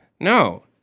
No